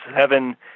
seven